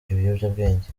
ibiyobyabwenge